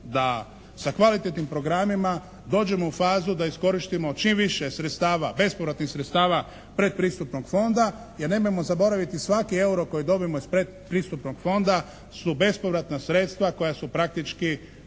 da sa kvalitetnim programima dođemo u fazu da iskoristimo čim više bespovratnih sredstava predpristupnog fonda, jer nemojmo zaboraviti svaki euro koji dobijemo iz predpristupnog fonda su bespovratna sredstva koja su praktički